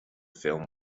film